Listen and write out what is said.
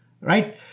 right